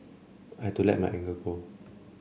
I had to let my anger go